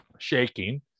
shaking